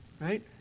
right